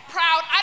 Proud